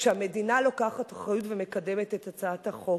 כשהמדינה לוקחת אחריות ומקדמת את הצעת החוק.